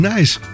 Nice